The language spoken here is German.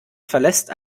verlässt